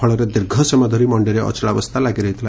ଫଳରେ ଦୀର୍ଘ ସମୟ ଧରି ମଣ୍ଡିରେ ଅଚଳାବସ୍କା ଲାଗିରହିଥିଲା